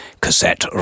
cassette